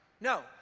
No